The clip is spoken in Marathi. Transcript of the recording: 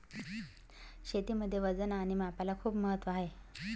शेतीमध्ये वजन आणि मापाला खूप महत्त्व आहे